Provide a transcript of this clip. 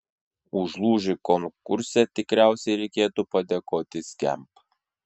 už lūžį konkurse tikriausiai reikėtų padėkoti skamp